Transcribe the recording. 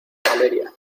valeria